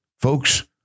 Folks